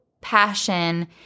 passion